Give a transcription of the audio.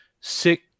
sick